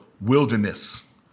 wilderness